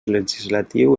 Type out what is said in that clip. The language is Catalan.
legislatiu